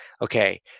okay